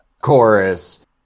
chorus